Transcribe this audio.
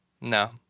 No